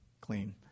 clean